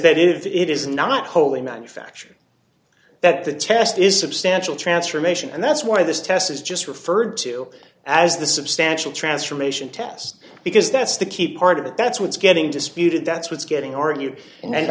that if it is not wholly manufactured that the test is substantial transformation and that's why this test is just referred to as the substantial transformation test because that's the key part of it that's what's getting disputed that's what's getting ar